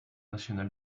national